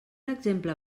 exemple